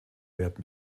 werden